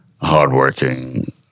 hardworking